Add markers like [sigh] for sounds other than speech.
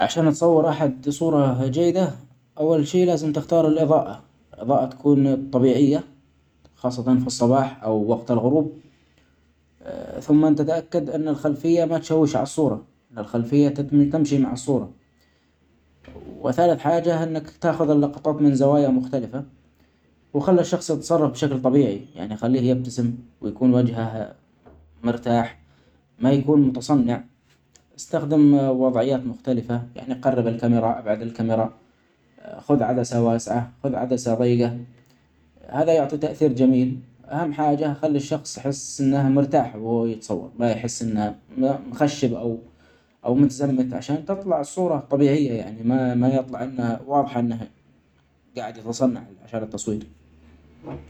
عشان اتصور أحد صورة جيدة أول شئ لازم تختار الإظاءه إظاءه تكون طبيعية خاصة في الصباح أو وقت الغروب ثمن تتأكد ان الخلفية ما تشوش عالصورة أن الخلفية تمشي مع الصورة وثالث حاجة إنك تاخد اللقطات من زوايا مختلفة وخلي الشخص يتصرف بشكل طبيعي يعني خليه يبتسم ، ويكون وجهه مرتاح ما يكون متصنع إستخدم وضعيات مختلفة يعني قرب الكاميره ابعد الكاميره، [hesitation] خد عدسة واسعة خد عدسة ضيجه هذا يعطي تأثير جميل أهم حاجه خلي الشخص يحس أنه مرتاح وهو بيتصور ما يحس أنه مخشب أو -أومتزمت عشان تطلع الصورة طبيعيه يعني ما -ما يطلع إلنا واضحه إنها جاعد يتصنع عشان التصوير.